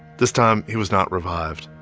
this time he was not revived.